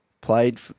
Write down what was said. played